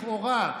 לכאורה,